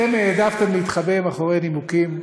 אתם העדפתם להתחבא מאחורי נימוקים פורמליים,